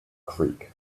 creek